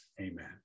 Amen